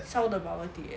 烧的 bubble tea eh